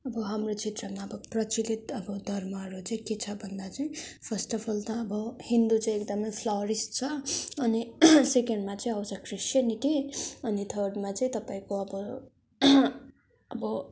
अब हाम्रो क्षेत्रमा अब प्रचलित अब धर्महरू चाहिँ के छ भन्दा चाहिँ फर्स्ट अफ अल त अब हिन्दू चाहिँ एकदमै फ्लरिस छ अनि सेकेन्डमा चाहिँ आउँछ ख्रिस्यनिटी अनि थर्डमा चाहिँ तपाईँको अब अब